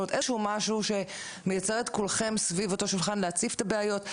איזשהו משהו שמייצר את כולכם סביב אותו שולחן להציף את הבעיות,